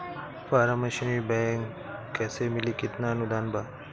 Form machinery bank कैसे मिली कितना अनुदान बा?